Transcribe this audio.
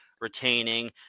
retaining